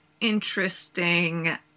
interesting